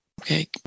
Okay